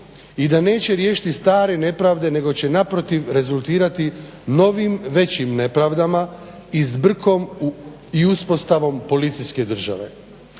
i da neće riješiti stare nepravde nego će naprotiv rezultirati novim većim nepravdama i zbrkom i uspostavom policijske države.